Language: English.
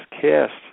cast